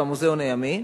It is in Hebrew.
והמוזיאון הימי,